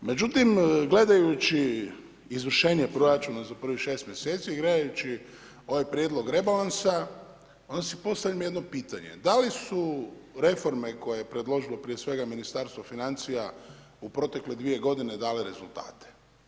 Međutim, gledajući izvršenje proračuna za prvih šest mjeseci, gledajući ovaj prijedlog rebalansa, onda si postavim jedno pitanje, da li su reforme koje je predložilo, prije svega Ministarstvo financija u protekle 2 godine dale rezultate?